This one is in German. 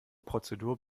prozedur